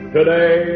Today